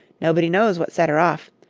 nobody knows what set her off.